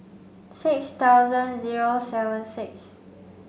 six thousand zero seven six